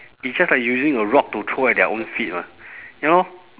it's just like using a rock to throw at their own feet mah ya lor